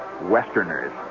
Westerners